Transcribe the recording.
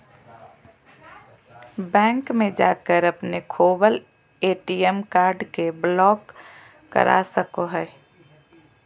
bank में जाकर अपने खोवल ए.टी.एम कार्ड के ब्लॉक करा सको हइ